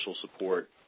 support